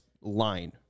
line